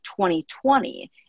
2020